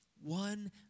one